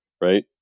right